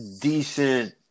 decent